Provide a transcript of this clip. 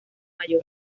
mayor